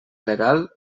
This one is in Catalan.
legal